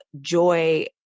joy